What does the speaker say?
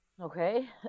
Okay